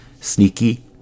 sneaky